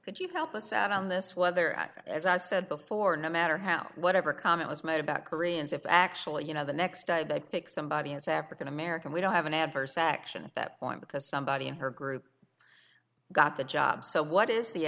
could you help us out on this whether as i said before no matter how whatever comment was made about koreans if actually you know the next day that pick somebody is african american we don't have an adverse action that one because somebody in her group got the job so what is the